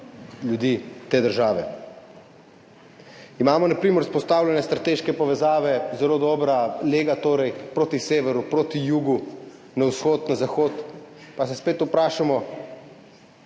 ljudi te države. Imamo na primer vzpostavljene strateške povezave, zelo dobra lega torej, proti severu, proti jugu, na vzhod, na zahod, pa se spet vprašamo,